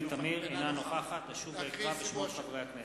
אינה נוכחת אשוב ואקרא בשמות חברי הכנסת.